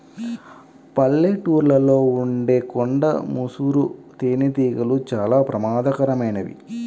పల్లెటూళ్ళలో ఉండే కొండ ముసురు తేనెటీగలు చాలా ప్రమాదకరమైనవి